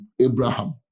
Abraham